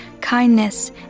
kindness